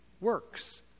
works